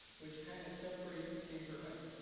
which kind of separates the neighborhood.